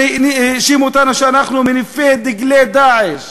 האשימו אותנו שאנחנו מניפים דגלי "דאעש".